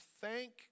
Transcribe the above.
thank